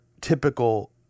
typical